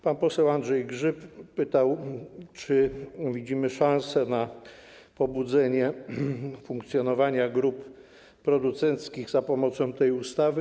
Pan poseł Andrzej Grzyb pytał, czy widzimy szansę na pobudzenie funkcjonowania grup producenckich za pomocą tej ustawy.